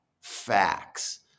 facts